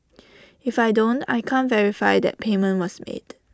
if I don't I can't verify that payment was made